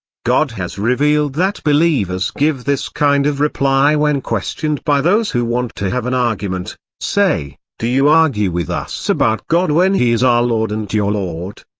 god has revealed that believers give this kind of reply when questioned by those who want to have an argument say, do you argue with us about god when he is our lord and your lord?